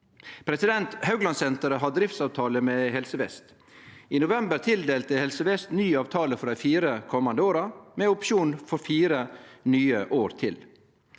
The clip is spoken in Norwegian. år. Hauglandsenteret har driftsavtale med Helse vest. I november tildelte Helse vest ny avtale for dei fire komande åra, med opsjon for fire nye år.